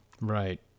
Right